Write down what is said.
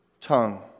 tongue